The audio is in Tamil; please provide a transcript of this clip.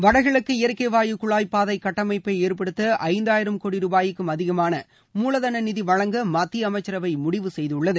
வடகிழக்கு இயற்கை வாயு குழாய் பாதை கட்டமைப்பு ஏற்படுத்த ஐந்தாயிரம் கோடி ரூபாய்க்கும் அதிகமான மூலதன நிதி வழங்க மத்திய அமைச்சரவை முடிவு செய்துள்ளது